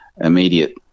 immediate